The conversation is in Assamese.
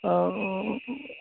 আৰু